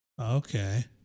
Okay